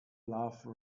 love